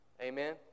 Amen